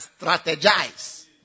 strategize